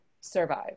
survive